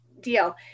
deal